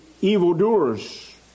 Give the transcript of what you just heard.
evildoers